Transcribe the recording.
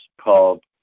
called